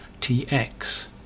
tx